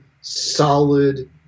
solid